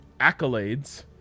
accolades